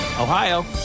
Ohio